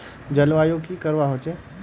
जलवायु की करवा होचे?